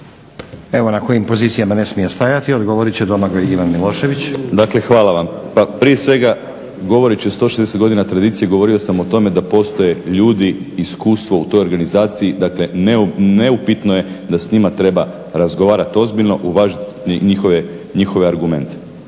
Evo na kojim pozicijama ne smije stajati, odgovorit će Domagoj Ivan Milošević. **Milošević, Domagoj Ivan (HDZ)** Dakle hvala vam. Pa prije svega govoreći o 160 godina tradicije govorio sam o tome da postoje ljudi i iskustvo u toj organizaciji, dakle neupitno je da s njima treba razgovarati ozbiljno i uvažiti njihove argumente.